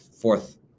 fourth